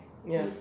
ya